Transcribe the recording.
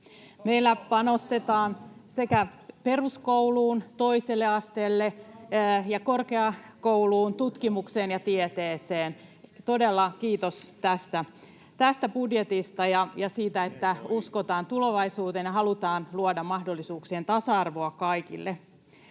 Meillä panostetaan peruskouluun, toiselle asteelle ja korkeakouluun, tutkimukseen ja tieteeseen. Todella kiitos tästä budjetista ja siitä, että uskotaan tulevaisuuteen ja halutaan luoda mahdollisuuksien tasa-arvoa kaikille.